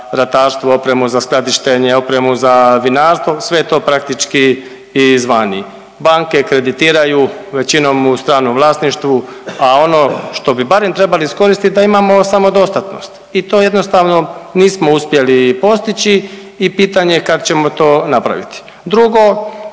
opremu za skladištenje, opremu za vinarstvo sve je to praktički iz vani. Banke kreditiraju većinom u stranom vlasništvu, a ono što bi barem trebali iskoristiti, a imamo samodostatnost. I to jednostavno nismo uspjeli postići i pitanje kad ćemo to napraviti. Drugo,